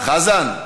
חזן.